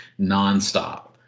nonstop